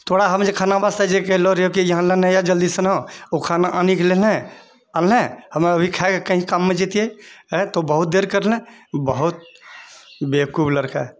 तोरा हम जे खाना वास्ते जे कहलौ यहाँ लेने आ जल्दी सना ओ खाना आनीके लेलैं अनलैं हमे अभी खायके कहीँ काममे जेतियै तू बहुत देर करले बहुत बेवकूफ लड़का